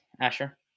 Asher